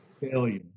failure